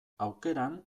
aukeran